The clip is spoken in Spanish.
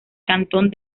cantón